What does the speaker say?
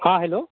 हाँ हेलो